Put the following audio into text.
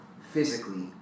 physically